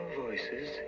voices